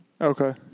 Okay